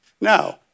No